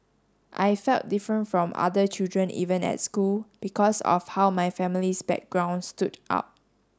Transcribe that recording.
I felt different from other children even at school because of how my family's background stood out